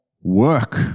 work